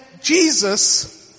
Jesus